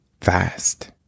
fast